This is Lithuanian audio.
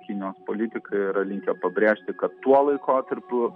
kinijos politikai yra linkę pabrėžti kad tuo laikotarpiu